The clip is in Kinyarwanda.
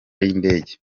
y’indege